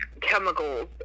chemicals